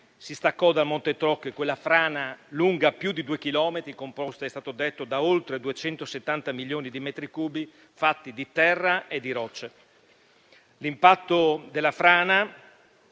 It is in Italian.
si staccò dal monte Toc quella frana lunga più di due chilometri, composta da oltre 270 milioni di metri cubi fatti di terra e di rocce. L'impatto della frana